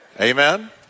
Amen